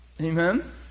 Amen